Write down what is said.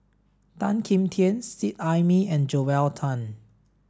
Tan Kim Tian Seet Ai Mee and Joel Tan